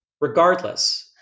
Regardless